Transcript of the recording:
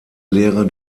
lehre